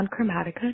Chromatica